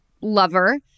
lover